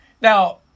Now